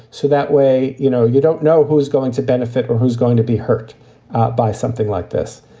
so that way, you know, you don't know who is going to benefit or who's going to be hurt by something like this.